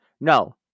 No